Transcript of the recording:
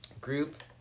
group